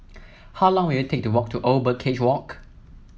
how long will it take to walk to Old Birdcage Walk